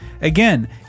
again